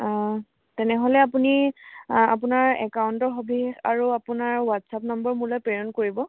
তেনেহ'লে আপুনি আপোনাৰ একাউণ্টৰ সবিশেষ আৰু আপোনাৰ হোৱাটছএপ নম্বৰ মোলৈ প্ৰেৰণ কৰিব